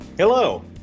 Hello